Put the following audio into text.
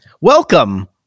Welcome